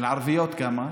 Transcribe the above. ושל ערביות, כמה?